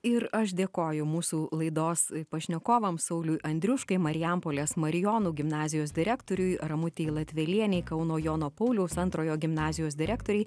ir aš dėkoju mūsų laidos pašnekovams sauliui andriuškai marijampolės marijonų gimnazijos direktoriui ramutei latvelienei kauno jono pauliaus antrojo gimnazijos direktorei